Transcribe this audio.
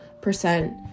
percent